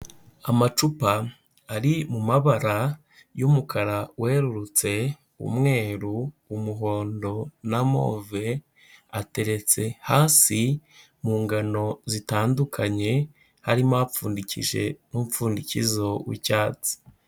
Amacupa ari mu mabara y'umukara werurutse, umweru, umuhondo na move, ateretse hasi, mu ngano zitandukanye, harimo apfundikije n'umupfundikizo w'icyatsi.